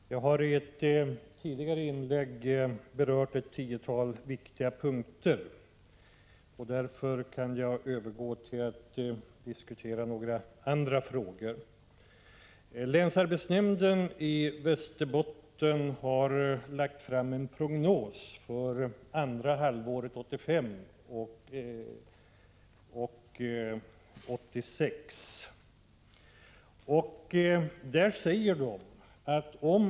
Herr talman! Jag har i ett tidigare inlägg berört ett tiotal viktiga punkter. Därför kan jag nu övergå till att diskutera några andra frågor. Länsarbetsnämnden i Västerbotten har presenterat en prognos för andra halvåret 1985 och för 1986. Av denna rapport framgår följande.